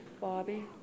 Bobby